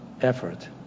effort